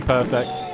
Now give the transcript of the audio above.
Perfect